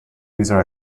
user